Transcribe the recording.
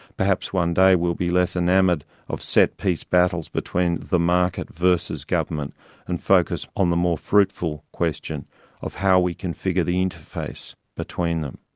perhaps one day we'll be less enamoured of set piece battles between the market versus government and focus on the more fruitful question of how we configure the interface between them.